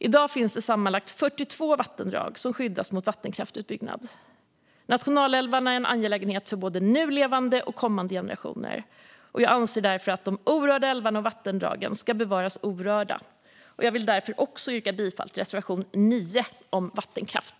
I dag finns det sammanlagt 42 vattendrag som skyddas mot vattenkraftsutbyggnad. Nationalälvarna är en angelägenhet för både nu levande och kommande generationer. Jag anser därför att de orörda älvarna och vattendragen ska bevaras orörda. Jag vill därför också yrka bifall till reservation 9 om vattenkraft.